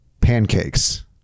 pancakes